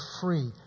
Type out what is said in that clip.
free